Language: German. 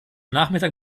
nachmittag